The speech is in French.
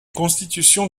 constitutions